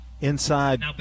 inside